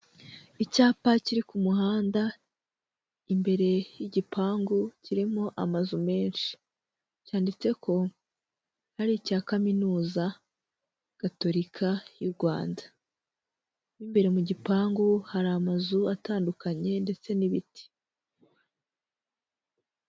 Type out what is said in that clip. Icyapa kiri ku muhanda imbere y'igipangu kirimo amazu menshi, cyanditse ko ari icya Kaminuza Gatolika y'u Rwanda. Mo imbere mu gipangu hari amazu atandukanye ndetse n'ibiti.